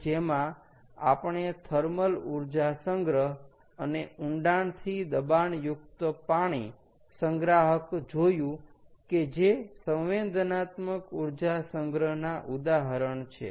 કે જેમાં આપણે થર્મલ ઊર્જા સંગ્રહ અને ઊંડાણથી દબાણયુક્ત પાણી સંગ્રાહક જોયું કે જે સંવેદનાત્મક ઊર્જા સંગ્રહ ના ઉદાહરણ છે